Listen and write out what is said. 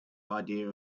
idea